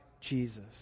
Jesus